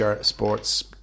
sports